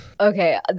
Okay